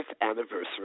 anniversary